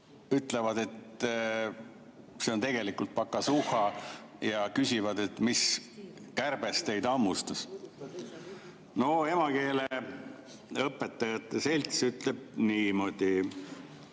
ütlevad, et see on tegelikult pakazuhha, ja küsivad, et mis kärbes teid hammustas. Emakeeleõpetajate selts ütleb niimoodi: